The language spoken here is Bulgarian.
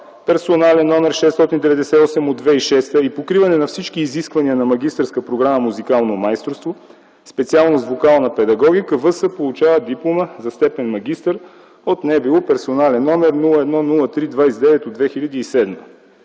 персонален № 698 от 2006 г. и покриване на всички изисквания на магистърска програма „Музикално майсторство”, специалност „Вокална педагогика”. В.С. получава диплома за степен „магистър” от НБУ, персонален № 010329 от 2007